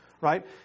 right